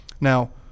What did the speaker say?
Now